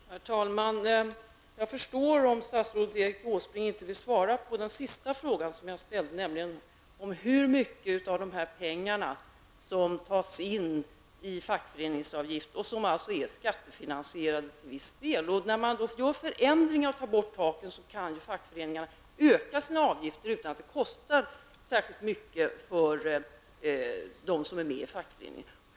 Herr talman! Jag förstår om statsrådet Erik Åsbrink inte vill svara på den sista frågan som jag ställde, nämligen hur mycket av de pengar som tas in i fackföreningsavgifter -- och som alltså till viss del är skattefinansierade -- som hamnar hos det socialdemokratiska partiet. När man gör förändringar och tar bort taket kan fackföreningarna öka sina avgifter utan att det kostar särskilt mycket för dem som är med i fackföreningarna.